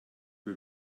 wir